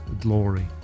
glory